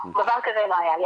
דבר כזה לא היה לי.